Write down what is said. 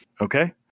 Okay